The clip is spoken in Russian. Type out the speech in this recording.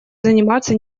заниматься